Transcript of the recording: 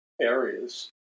areas